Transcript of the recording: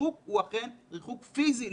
ריחוק הוא אכן ריחוק פיזי,